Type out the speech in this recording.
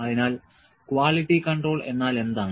അതിനാൽ quality control എന്നാൽ എന്താണ്